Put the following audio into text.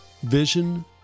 Vision